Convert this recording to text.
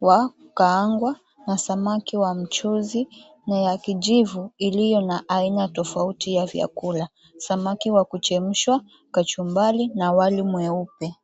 wa kukaangwa na samaki wa mchuzi na ya kijivu iliyo na aina tofauti ya vyakula samaki wa kuchemshwa, kachumbari na wali mweupe.